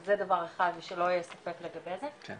זה דבר אחד, ושלא יהיה ספק שזה נזק.